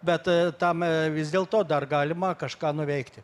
bet tam vis dėlto dar galima kažką nuveikti